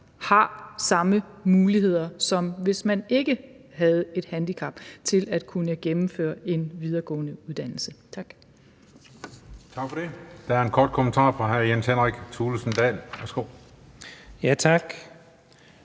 har samme muligheder, som hvis de ikke havde et handicap, til at kunne gennemføre en videregående uddannelse. Tak.